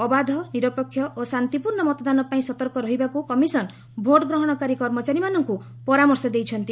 ଅବାଧ ନିରପେକ୍ଷ ଓ ଶାନ୍ତିପୂର୍ଷ୍ଣ ମତଦାନ ପାଇଁ ସତର୍କ ରହିବାକୁ କମିଶନ୍ ଭୋଟଗ୍ରହଣକାରୀ କର୍ମଚାରୀମାନଙ୍କୁ ପରାମର୍ଶ ଦେଇଛନ୍ତି